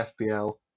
fbl